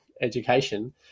education